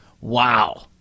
Wow